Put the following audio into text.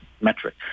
metric